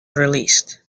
released